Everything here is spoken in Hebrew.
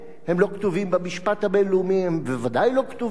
הם לא כתובים במשפט הבין-לאומי,